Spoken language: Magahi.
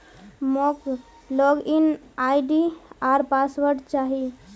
मोक लॉग इन आई.डी आर पासवर्ड चाहि